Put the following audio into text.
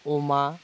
अमा